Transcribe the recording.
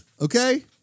okay